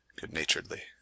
good-naturedly